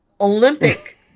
Olympic